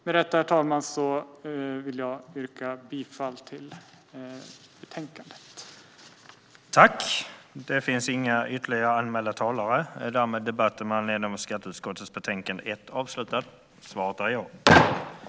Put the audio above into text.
Med detta vill jag yrka bifall till utskottets förslag.